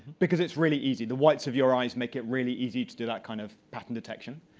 because it's really easy. the whites of your eyes make it really easy to do that kind of pattern detection.